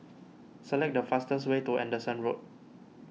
select the fastest way to Anderson Road